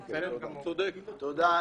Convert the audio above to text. צודק, תודה.